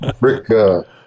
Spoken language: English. Rick